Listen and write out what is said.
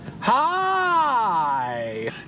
Hi